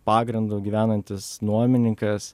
pagrindu gyvenantis nuomininkas